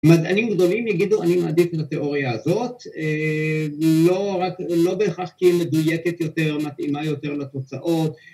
מדענים גדולים יגידו אני מעדיף את התיאוריה הזאת, לא בהכרח כי היא מדויקת יותר, מתאימה יותר לתוצאות